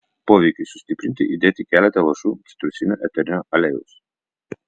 poveikiui sustiprinti įdėti keletą lašų citrusinio eterinio aliejaus